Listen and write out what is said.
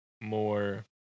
more